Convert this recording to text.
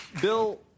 Bill